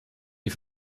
die